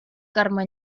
carme